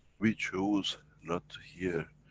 we choose not to hear,